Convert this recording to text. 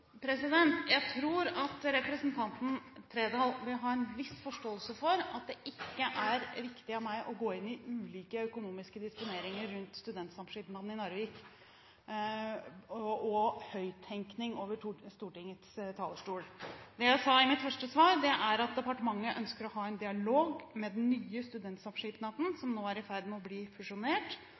riktig av meg å gå inn på ulike økonomiske disponeringer rundt Studentsamskipnaden i Narvik, eller å bedrive høyttenkning fra Stortingets talerstol. Det jeg sa i mitt første svar, var at departementet ønsker å ha en dialog med den nye studentsamskipnaden som nå er i ferd med å bli fusjonert,